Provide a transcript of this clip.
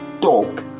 top